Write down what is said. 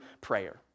prayer